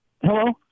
Hello